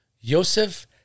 Yosef